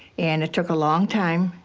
and it took a long time.